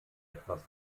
etwas